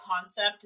concept